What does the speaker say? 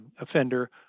offender